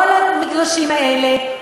כל המגרשים האלה,